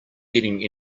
getting